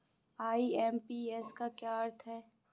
IMPS का क्या अर्थ है?